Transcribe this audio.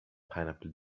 pineapple